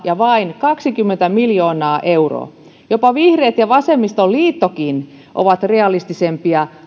ja vain kaksikymmentä miljoonaa euroa jopa vihreät ja vasemmistoliittokin ovat realistisempia